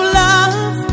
love